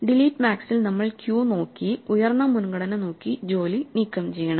delete മാക്സിൽ നമ്മൾ queue നോക്കി ഉയർന്ന മുൻഗണന നോക്കി ജോലി നീക്കം ചെയ്യണം